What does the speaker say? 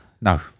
No